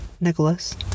nicholas